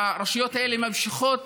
הרשויות האלה ממשיכות